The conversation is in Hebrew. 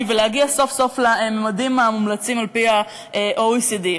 ולהגיע סוף-סוף לממדים המומלצים על-פי ה-OECD,